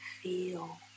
feel